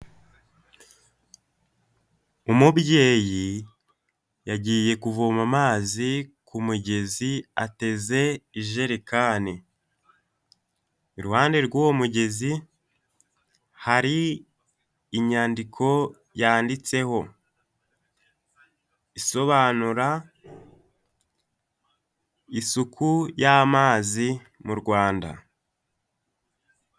Umubyeyi yagiye kuvoma amazi ku mugezi ateze ijerekani, iruhande rw'uwo mugezi hari inyandiko yanditseho isobanura isuku y'amazi mu Rwanda.